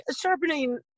sharpening